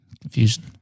confusion